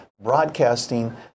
broadcasting